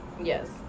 Yes